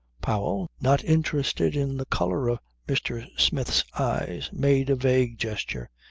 powell, not interested in the colour of mr. smith's eyes, made a vague gesture.